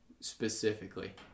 specifically